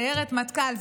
סיירת מטכ"ל,